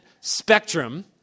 spectrum